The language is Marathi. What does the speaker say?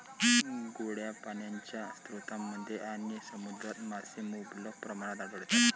गोड्या पाण्याच्या स्रोतांमध्ये आणि समुद्रात मासे मुबलक प्रमाणात आढळतात